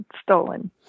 stolen